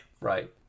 right